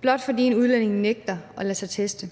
blot fordi en udlænding nægter at lade sig teste.